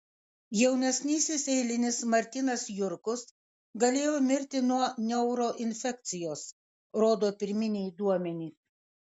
jaunesnysis eilinis martynas jurkus galėjo mirti nuo neuroinfekcijos rodo pirminiai duomenys